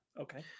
okay